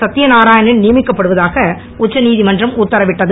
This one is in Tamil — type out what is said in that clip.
சத்தியநாராயணன் நியயிக்கப்படுவதாக உச்ச நீதிமன்றம் உத்தரவிட்டது